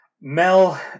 Mel